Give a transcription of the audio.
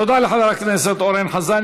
תודה לחבר הכנסת אורן חזן.